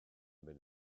mynd